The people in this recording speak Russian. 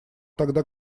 тогда